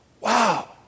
Wow